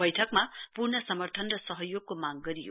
बैठकमा पूर्ण समर्थन र सहयोगको मांग गरियो